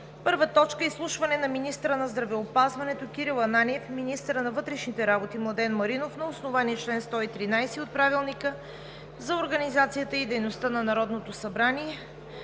2020 г. „1. Изслушване на министъра на здравеопазването Кирил Ананиев и министъра на вътрешните работи Младен Маринов на основание на чл. 113 от Правилника за организацията и дейността на Народното събрание